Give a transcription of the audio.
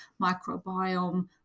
microbiome